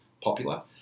popular